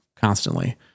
constantly